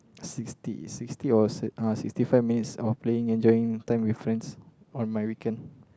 sixty sixty or uh sixty five minutes or playing enjoying with time my friends on my weekend